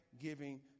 giving